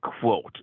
quote